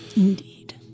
Indeed